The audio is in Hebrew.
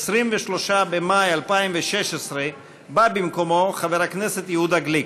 23 במאי 2016, בא במקומו חבר הכנסת יהודה גליק.